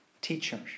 teachers